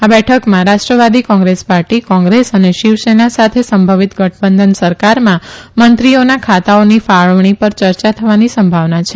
આ બેઠકમાં રાષ્ટ્રવાદી કોંગ્રેસ પાર્ટી કોંગ્રેસ અને શિવસેના સાથે સંભવિત ગઠબંધન સરકારમાં મંત્રીઓના ખાતાઓની ફાળવણી પર ચર્ચા થવાની સંભાવના છે